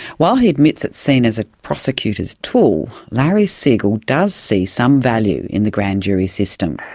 while he admits it's seen as a prosecutor's tool, larry siegel does see some value in the grand jury system.